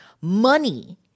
money